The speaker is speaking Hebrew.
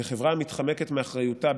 חברה המתחמקת מאחריותה,